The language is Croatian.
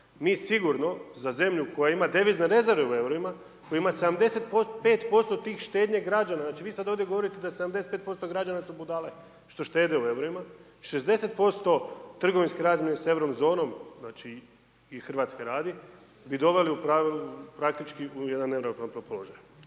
mi sigurno za zemlju koja ima devizne rezerve u eurima, koja ima 75% tih štednji građana, znači vi sad ovdje govorite da 75% građana su budale što štede u eurima, 60% trgovinske razmjene sa Euro zonom, znači i Hrvatske radi bi doveli u praktički u jedan .../Govornik